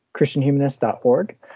christianhumanist.org